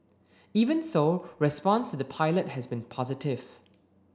even so response to the pilot has been positive